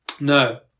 No